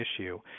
issue